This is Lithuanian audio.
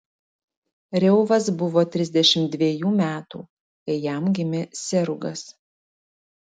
reuvas buvo trisdešimt dvejų metų kai jam gimė serugas